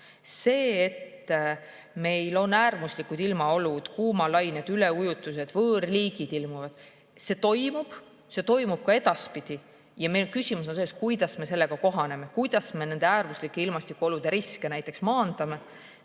See, et meil on äärmuslikud ilmaolud, kuumalained, üleujutused ja ilmuvad võõrliigid, toimub ka edaspidi. Küsimus on selles, kuidas me sellega kohaneme, kuidas me nende äärmuslike ilmastikuolude riske maandame.